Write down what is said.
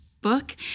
book